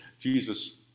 Jesus